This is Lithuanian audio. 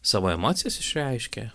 savo emocijas išreiškė